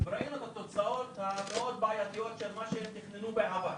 וראינו את התוצאות המאוד בעייתיות של מה שתכננו בעבר.